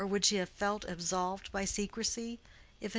or would she have felt absolved by secrecy,